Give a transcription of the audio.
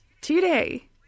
Today